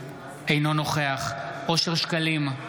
אינו נוכח אושר שקלים,